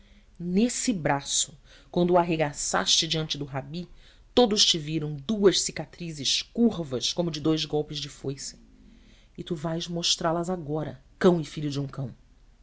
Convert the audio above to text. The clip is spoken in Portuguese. nesse braço quando o arregaçaste diante do rabi todos te viram duas cicatrizes curvas como de dous golpes de foice e tu vais mostrá las agora cão e filho de um cão